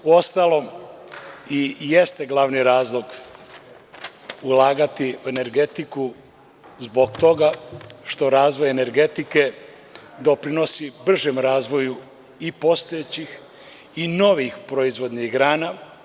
Uostalom, i jeste glavni razlog ulagati u energetiku zbog toga što razvoj energetike doprinosi bržem razvoju i postojećih i novih proizvodnih grana.